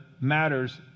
matters